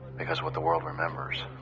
because what the world remembers.